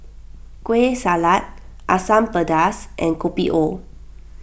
Kueh Salat Asam Pedas and Kopi O